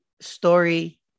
Story